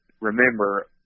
remember